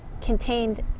contained